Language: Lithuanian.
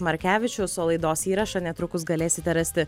markevičius o laidos įrašą netrukus galėsite rasti